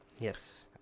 Yes